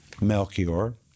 Melchior